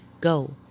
Go